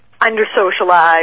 under-socialized